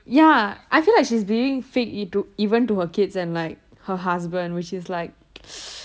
ya I feel like she's being fake to even to her kids and husband which is like